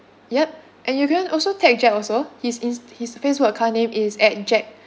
yup and if you want also tag jack also his his his Facebook account name is at jack